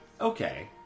okay